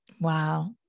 Wow